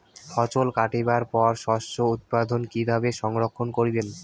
ফছল কাটিবার পর শস্য উৎপাদন কিভাবে সংরক্ষণ করিবেন?